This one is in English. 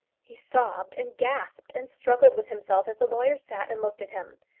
he sobbed, and gasped, and struggled with himself as the lawyer sat and looked at him.